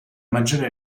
maggiore